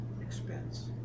expense